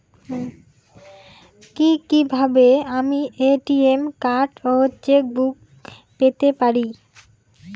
কি কিভাবে আমি এ.টি.এম কার্ড ও চেক বুক পেতে পারি?